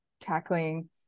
tackling